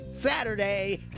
Saturday